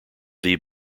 thee